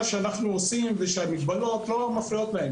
שאנחנו עושים והמגבלות לא מפריעות להם.